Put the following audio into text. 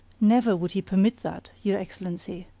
never would he permit that, your excellency.